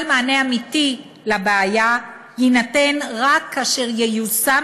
אבל מענה אמיתי לבעיה יינתן רק כאשר ייושם